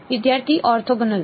વિદ્યાર્થી ઓર્થોગોનલ